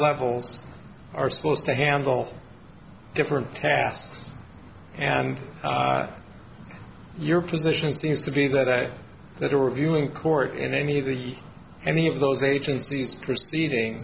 levels are supposed to handle different tasks and your position seems to be that that a reviewing court in any of the any of those agencies